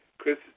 Chris